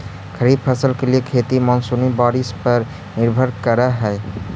खरीफ फसल के लिए खेती मानसूनी बारिश पर निर्भर करअ हई